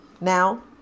Now